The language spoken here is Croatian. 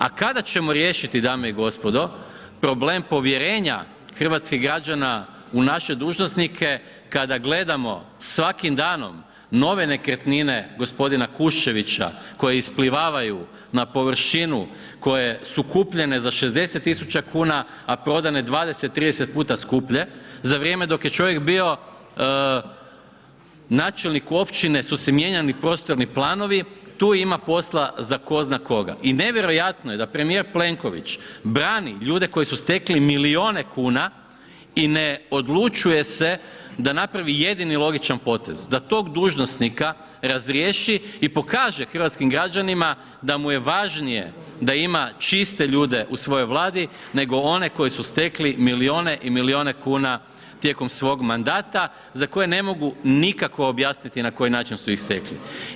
A kada ćemo riješiti dame i gospodo problem povjerenja hrvatskih građana u naše dužnosnike kada gledamo svakim danom nove nekretnine gospodina Kušćevića koje isplivavaju na površinu koje su kupljene za 60.000 kuna, a prodane 20, 30 puta skuplje za vrijeme dok je čovjek bio načelnik općine su se mijenjali prostorni planovi, tu ima posla za tko zna koga i nevjerojatno je da premijer Plenković brani ljude koji su stekli milione kuna i ne odlučuje se da napravi jedini logičan potez da tog dužnosnika razriješi i pokaže hrvatskim građanima da mu je važnije da ima čiste ljude u svojoj vladi, nego one koji su stekli milione i milione kuna tijekom svog mandata za koje ne mogu nikako objasniti na koji način su ih stekli.